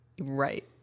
Right